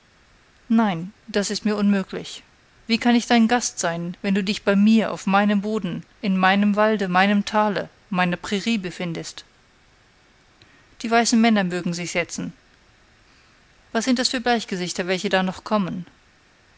nein das ist unmöglich wie kann ich dein gast sein wenn du dich bei mir auf meinem boden in meinem walde meinem tale meiner prairie befindest die weißen männer mögen sich setzen was sind das für bleichgesichter welche da noch kommen